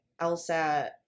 LSAT